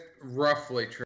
roughly